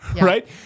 Right